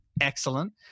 excellent